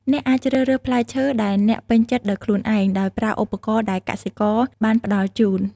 អ្នកអាចជ្រើសរើសផ្លែឈើដែលអ្នកពេញចិត្តដោយខ្លួនឯង ដោយប្រើឧបករណ៍ដែលកសិករបានផ្តល់ជូន។